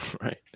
right